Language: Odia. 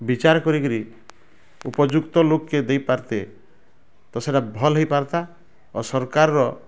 ବିଚାର୍ କରି କିରି ଉପଯୁକ୍ତ ଲୋକ କେ ଦେଇ ପାରିତେ ତ ସେଇଟା ଭଲ ହେଇ ପାର୍ତା ଆଉ ସରକାର୍ ର